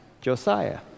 Josiah